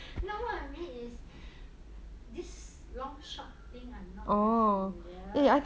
no what I mean is this long shot thing I'm not very familiar